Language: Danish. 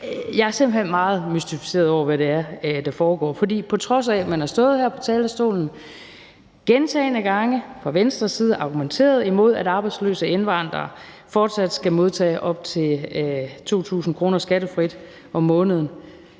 hen meget mystificeret over, hvad det er, der foregår. For på trods af at man har stået her på talerstolen og gentagne gange fra Venstres side argumenteret imod, at arbejdsløse indvandrere fortsat skal modtage op til 2.000 kr. skattefrit om måneden,